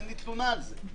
אין לי תלונה על זה,